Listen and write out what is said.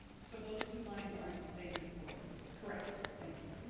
so those two lines aren't the same reporting? correct. thank you.